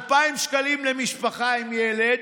2,000 שקלים למשפחה עם ילד,